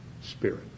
spirit